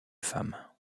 femme